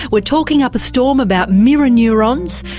we're talking up a storm about mirror neurons,